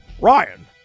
Ryan